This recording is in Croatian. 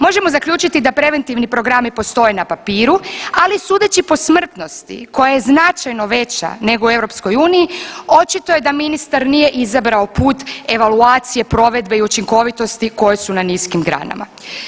Možemo zaključiti da preventivni programi postoje na papiru ali sudeći po smrtnosti koja je značajno veća nego u EU očito je da ministar nije izabrao put evaluacije, provedbe i učinkovitosti koje su na niskim granama.